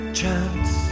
chance